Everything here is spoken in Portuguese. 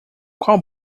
qual